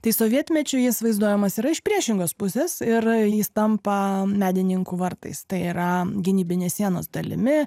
tai sovietmečiu jis vaizduojamas yra iš priešingos pusės ir jis tampa medininkų vartais tai yra gynybinės sienos dalimi